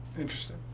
Interesting